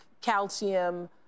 calcium